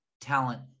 talent